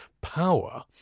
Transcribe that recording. power